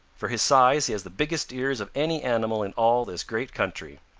for his size he has the biggest ears of any animal in all this great country.